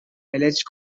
alleged